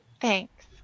Thanks